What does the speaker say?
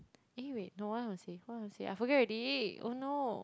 eh wait no one will say what I want to say I forget already oh no